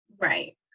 Right